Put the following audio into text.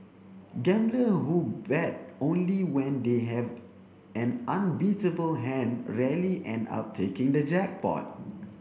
gambler who bet only when they have an unbeatable hand rarely end up taking the jackpot